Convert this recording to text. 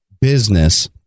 business